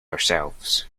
ourselves